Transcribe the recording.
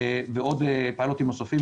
ועוד פיילוטים נוספים,